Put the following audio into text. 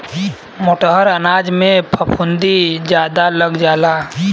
मोटहर अनाजन में फफूंदी जादा लग जाला